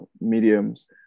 mediums